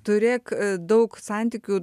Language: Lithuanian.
turėk daug santykių